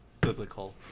biblical